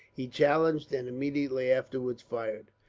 he challenged, and immediately afterwards fired.